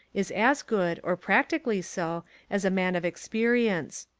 is as good or practically so as a man of experience.